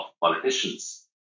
politicians